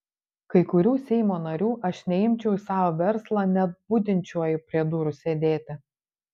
kai kurių seimo narių aš neimčiau į savo verslą net budinčiuoju prie durų sėdėti